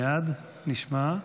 מייד נשמע.